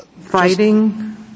fighting